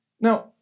Now